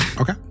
Okay